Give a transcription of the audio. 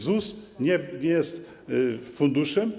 ZUS nie jest funduszem.